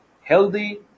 healthy